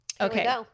okay